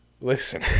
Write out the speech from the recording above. Listen